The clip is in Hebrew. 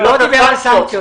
הוא לא מדבר על סנקציות.